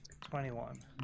Twenty-one